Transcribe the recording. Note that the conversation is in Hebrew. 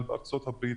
בארצות הברית,